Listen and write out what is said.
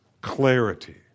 clarity